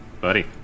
buddy